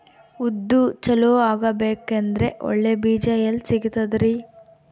ಉದ್ದು ಚಲೋ ಆಗಬೇಕಂದ್ರೆ ಒಳ್ಳೆ ಬೀಜ ಎಲ್ ಸಿಗತದರೀ?